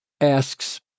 asks